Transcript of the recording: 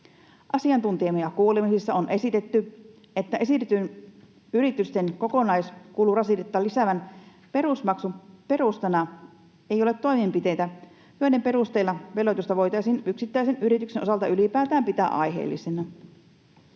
Asiantuntijakuulemisissa on esitetty, että esitetyn yritysten kokonaiskulurasitetta lisäävän perusmaksun perustana ei ole toimenpiteitä, joiden perusteella veloitusta voitaisiin yksittäisen yrityksen osalta ylipäätään pitää aiheellisena.